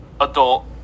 adult